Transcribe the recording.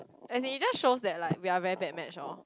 as in it just shows that like we are very bad match oh